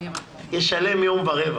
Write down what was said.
ישלם יום ורבע.